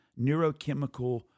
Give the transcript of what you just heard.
neurochemical